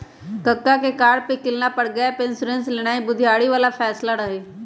कक्का के कार के किनला पर गैप इंश्योरेंस लेनाइ बुधियारी बला फैसला रहइ